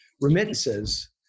remittances